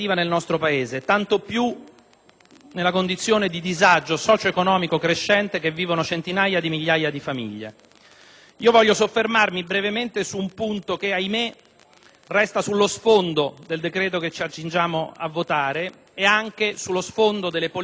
nella condizione di disagio socio-economico crescente che vivono centinaia di migliaia di famiglie. Io mi soffermo brevemente su un punto che, ahimè, resta sullo sfondo del decreto che ci accingiamo a votare e sullo sfondo delle politiche del Governo in questa materia.